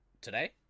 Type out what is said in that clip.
today